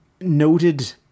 noted